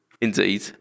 Indeed